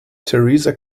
theresa